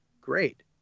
great